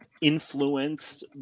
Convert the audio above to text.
influenced